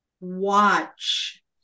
watch